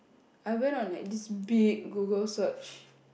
I went on like this big Google search